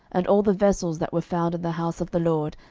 and all the vessels that were found in the house of the lord,